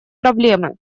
проблемы